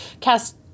cast